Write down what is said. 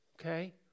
okay